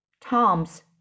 Tom's